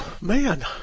Man